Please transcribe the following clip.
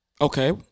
Okay